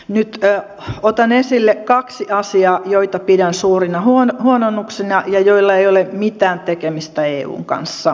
nyt otan esille kaksi asiaa joita pidän suurina huononnuksina ja joilla ei ole mitään tekemistä eun kanssa